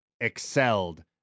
excelled